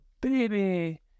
baby